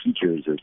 teachers